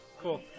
cool